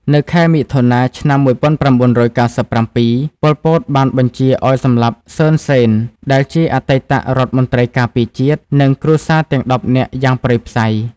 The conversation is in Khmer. នៅខែមិថុនា ឆ្នាំ១៩៩៧ ប៉ុល ពត បានបញ្ជាឱ្យសម្លាប់ សឺន សេន ដែលជាអតីតរដ្ឋមន្ត្រីការពារជាតិ និងគ្រួសារទាំងដប់នាក់យ៉ាងព្រៃផ្សៃ។